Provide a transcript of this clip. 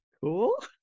Cool